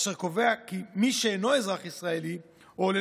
אשר קובע כי מי שאינו אזרח ישראלי או עולה